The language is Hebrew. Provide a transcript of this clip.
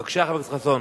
בבקשה, חבר הכנסת חסון.